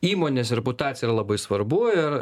įmonės reputacija yra labai svarbu ir